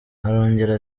arongera